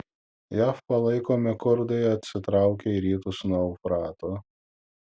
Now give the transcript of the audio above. jav palaikomi kurdai atsitraukė į rytus nuo eufrato